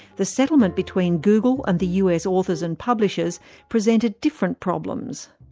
the settlement between google and the us authors and publishers presented different problems.